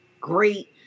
great